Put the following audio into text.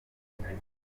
rukomo